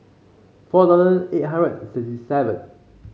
four thousand eight hundred and sixty seven